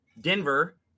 Denver